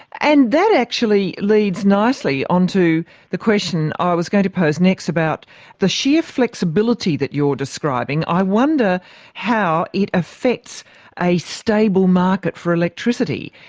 and that actually leads nicely on to the question i was going to pose next, about the sheer flexibility that you're describing. i wonder how it affects a stable market for electricity.